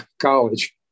college